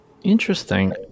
Interesting